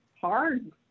hard